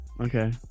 Okay